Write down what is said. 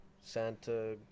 Santa